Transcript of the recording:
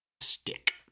Stick